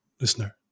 listener